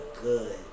good